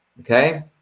okay